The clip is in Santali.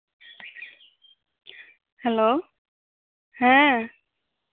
ᱦᱮᱞᱳ ᱦᱮᱸ